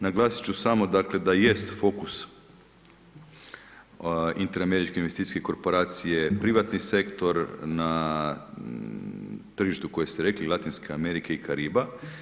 Naglasiti ću samo dakle da jest fokus Inter-američke investicijske korporacije privatni sektor na trižištu koje ste rekli Latinske Amerike i Kariba.